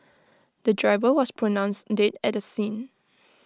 the driver was pronounced dead at the scene